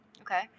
Okay